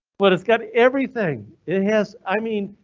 well, it's got everything it has. i mean,